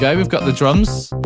yeah we've got the drums,